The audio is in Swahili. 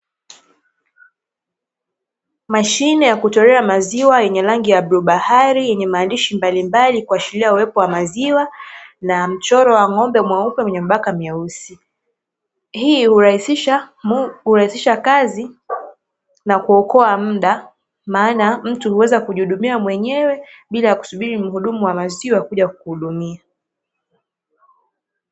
Mashine ya kutolea maziwa yenye rangi ya bluu bahari yenye maandishi mbalimbali kuashiria uwepo wa maziwa na mchoro wa ng'ombe mweupe wenye mbaka mweusi. Hii hurahisha kazi nakuokoa muda maana mtu huweza kujihudumia mwenyewe bila kusubiri mhudumu wa maziwa kuja kukuhudumia.